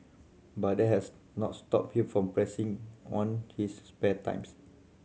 but that has not stopped him from pressing on his spare times